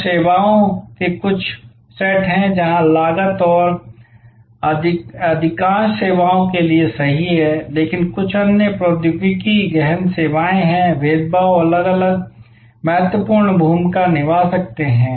तो सेवाओं के कुछ सेट हैं जहां लागत और यह अधिकांश सेवाओं के लिए सही है लेकिन कुछ अन्य प्रौद्योगिकी गहन सेवाएं हैं भेदभाव अलग अलग महत्वपूर्ण भूमिका निभा सकते हैं